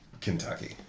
Kentucky